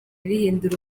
bihindura